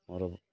ମୋର